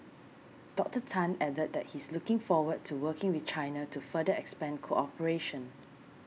Doctor Tan added that he is looking forward to working with China to further expand cooperation